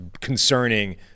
concerning